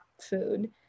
food